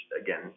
again